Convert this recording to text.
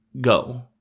Go